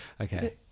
Okay